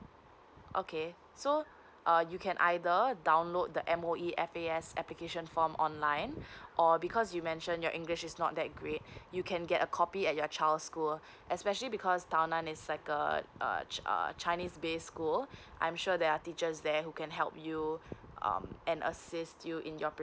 okay so uh you can either download the M_O_E F A S application form online or because you mention your english is not that great you can get a copy at your child's school especially because tao nan is like uh uh uh chinese based school I'm sure there are teachers there who can help you um and assist you in your pre~